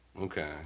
okay